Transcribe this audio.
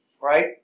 right